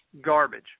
garbage